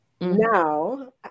Now